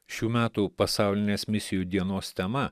šių metų pasaulinės misijų dienos tema